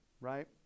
right